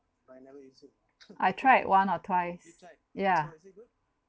I tried one or twice yeah